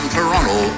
Toronto